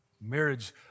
marriage